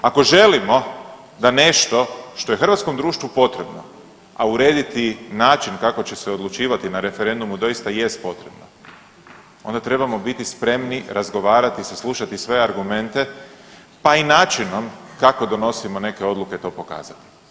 Ako želimo da nešto što je hrvatskom društvu potrebno, a urediti način kako će se odlučivati na referendumu doista i jest potrebno onda trebamo biti spremni razgovarati, saslušati sve argumente pa i načinom kako donosimo neke odluke to pokazati.